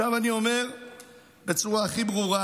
עכשיו אני אומר בצורה הכי ברורה